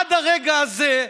עד הרגע הזה,